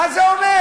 מה זה אומר?